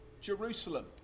Jerusalem